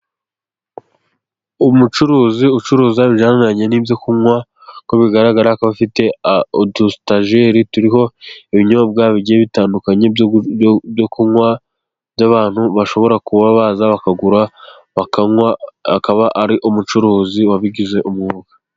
Umucuruzi ucuruza ibijyanye n'ibyo kunywa, uko bigaragara ko abafite udu sitageri turiho ibinyobwa bigiye bitandukanye byo kunywa by'abantu bashobora kuba baza bakagura bakanywa akaba ari umucuruzi wabigize umwuga.